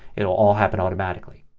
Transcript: it will all happen automatically.